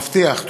מבטיח.